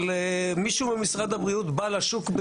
אבל מישהו ממשרד הבריאות בא לשוק,